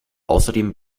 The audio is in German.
außerdem